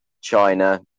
China